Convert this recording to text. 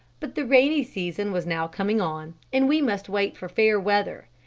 but the rainy season was now coming on and we must wait for fair weather.